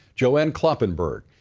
joanne kloppenburg,